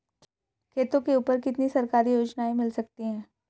खेतों के ऊपर कितनी सरकारी योजनाएं मिल सकती हैं?